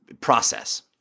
process